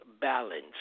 balance